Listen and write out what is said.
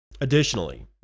Additionally